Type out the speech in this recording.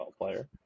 player